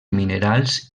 minerals